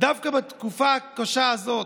דווקא בתקופה הקשה הזאת,